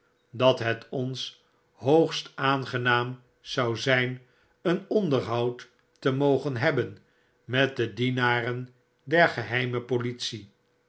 dat het ons hoogst aangenaam zou zijn een onderhoud te mogen hebben met de dienaren der geheime politie